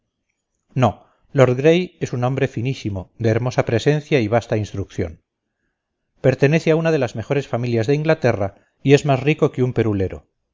no lord gray es un hombre finísimo de hermosa presencia y vasta instrucción pertenece a una de las mejores familias de inglaterra y es más rico que un perulero